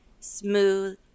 Smooth